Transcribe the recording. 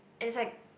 as like